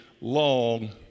long